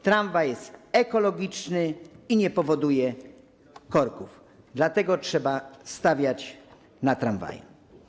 Tramwaj jest ekologiczny i nie powoduje korków, dlatego trzeba stawiać na tramwaje.